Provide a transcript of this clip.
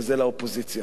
וזה לאופוזיציה.